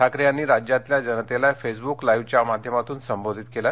ठाकरे यांनी राज्यातल्या जनतेला फेसब्रुक लाईव्हच्या माध्यमातून संबोधित केलं